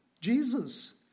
Jesus